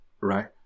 right